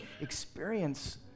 experience